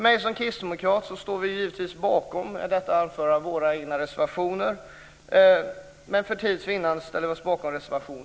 Vi kristdemokrater står givetvis bakom detta anförande och våra egna reservationer, men för tids vinnande ställer vi oss här bakom reservation